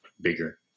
bigger